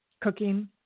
cooking